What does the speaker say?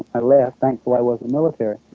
i left thankful i wasn't military